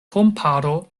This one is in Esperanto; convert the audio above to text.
komparo